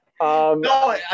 No